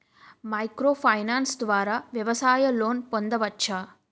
Micro finance ద్వారా వ్యవసాయ loan పొందవచ్చా?